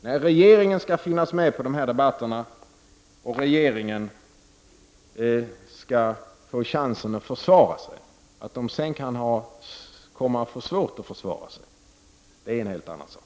Nej, regeringen skall finnas med vid de här debatterna, och regeringen skall få chansen att försvara sig. Att den sedan kan komma att få svårt att försvara sig, är en helt annan sak.